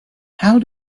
how